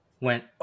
Went